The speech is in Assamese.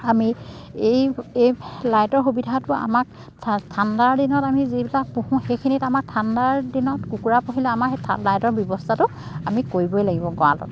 আমি এই এই লাইটৰ সুবিধাটো আমাক ঠাণ্ডাৰ দিনত আমি যিবিলাক পুহোঁ সেইখিনিত আমাক ঠাণ্ডাৰ দিনত কুকুৰা পুহিলে আমাক সেই লাইটৰ ব্যৱস্থাটো আমি কৰিবই লাগিব গঁৰালত